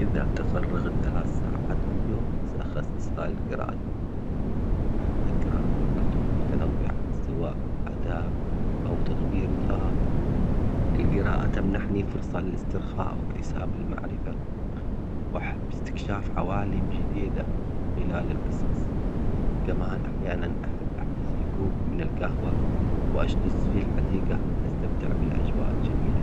إذا تفرغت ثلاث ساعات في اليوم سأخصصها للقراءة، أحب أقرا كتب متنوعة سواء أدب أو تطوير الذات، القراءة تمنحني فرصة للاسترخاء واكتساب المعرفة، وأحب استكشاف عوالم جديدة حلال القصص، كمان أحياناً أحب احتسي كوب من القهوة وأجلس في الحديقة لأستمتع بالأجواء الجميلة.